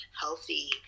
healthy